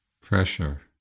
pressure